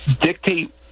dictate